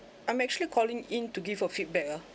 I'm actually calling in to give a feedback ah